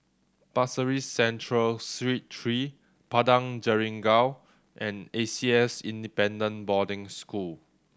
Pasir Ris Central Street three Padang Jeringau and A C S Independent Boarding School